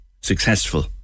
successful